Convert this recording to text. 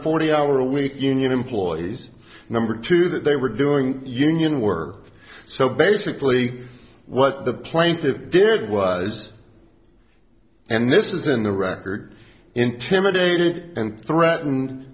forty hour a week union employees number two that they were doing union work so basically what the plaintiffs did was and this is in the record intimidated and threaten